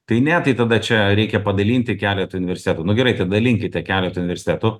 tai ne tai tada čia reikia padalinti keletą universitetų nu gerai tai dalinkite keletui universitetų